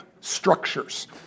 structures